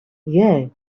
yeah